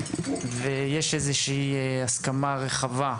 ויש איזושהי הסכמה רחבה,